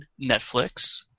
Netflix